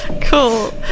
cool